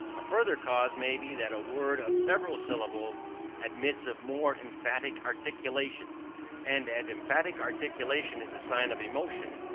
a further cause may be that a word of several syllables admits of more emphatic articulation and as emphatic articulation is a sign of emotion,